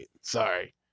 sorry